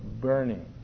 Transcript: burning